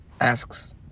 asks